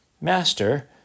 Master